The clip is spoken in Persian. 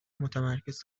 متمرکز